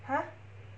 !huh!